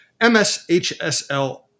MSHSL